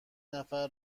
نفر